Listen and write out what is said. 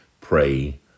pray